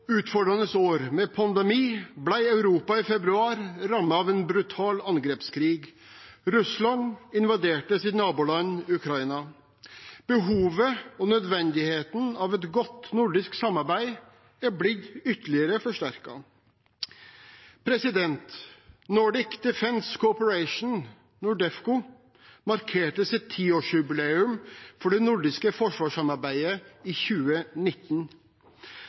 med pandemi ble Europa i februar rammet av en brutal angrepskrig. Russland invaderte sitt naboland Ukraina. Behovet for og nødvendigheten av et godt nordisk samarbeid er blitt ytterligere forsterket. Nordic Defence Cooperation, NORDEFCO, markerte tiårsjubileet for det nordiske forsvarssamarbeidet i 2019.